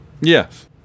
Yes